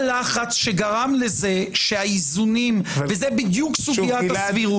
לחץ שגרם לזה שהאיזונים וזאת בדיוק סוגיית הסבירות